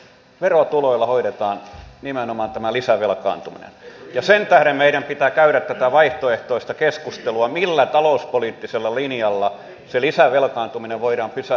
verotuloilla hoidetaan nimenomaan tämä lisävelkaantuminen ja sen tähden meidän pitää käydä tätä vaihtoehtoista keskustelua millä talouspoliittisella linjalla se lisävelkaantuminen voidaan pysäyttää